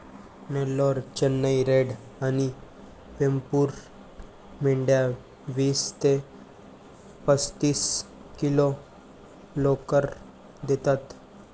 Nellore, Chennai red आणि वेमपूर मेंढ्या वीस ते पस्तीस किलो लोकर देतात